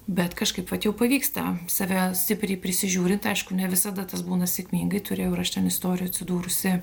bet kažkaip vat jua pavyksta save stipriai prisižiūrint aišku ne visada tas būna sėkmingai turėjau ir aš ten istorijų atsidūrusi